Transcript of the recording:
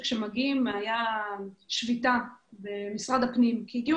כאשר הגענו הייתה שביתה במשרד הפנים כי הגיעו